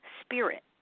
spirit